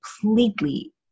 completely